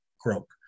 croak